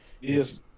yes